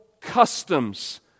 customs